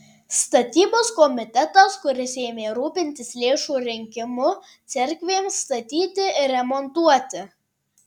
statybos komitetas kuris ėmė rūpintis lėšų rinkimu cerkvėms statyti ir remontuoti